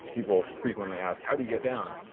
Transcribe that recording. people frequently ask how do you get down?